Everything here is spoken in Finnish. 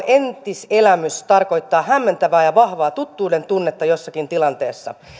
entiselämys tarkoittaa hämmentävää ja vahvaa tuttuuden tunnetta jossakin tilanteessa